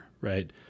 right